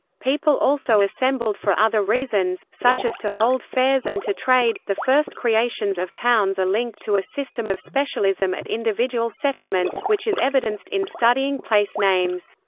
people also assembled for other reasons, such as to hold fairs and to trade the first creations of towns are linked to a system of specialism at individual settlements, which is evidenced in studying place-names.